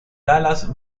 dallas